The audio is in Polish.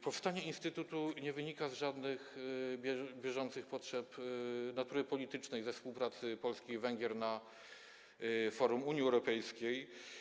Powstanie instytutu nie wynika z żadnych bieżących potrzeb natury politycznej, ze współpracy Polski i Węgier na forum Unii Europejskiej.